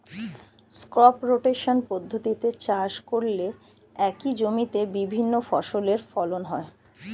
crop rotation পদ্ধতিতে চাষ করলে একই জমিতে বিভিন্ন ফসলের ফলন হয়